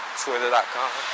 twitter.com